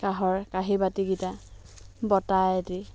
কাঁহৰ কাঁহী বাতিকিটা বটা এটি